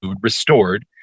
restored